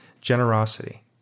generosity